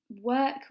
work